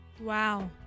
Wow